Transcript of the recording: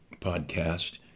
podcast